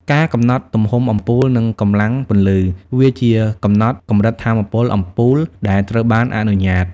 ការកំណត់ទំហំអំពូល និងកម្លាំងពន្លឺ វាជាកំណត់កម្រិតថាមពលអំពូលដែលត្រូវបានអនុញ្ញាត។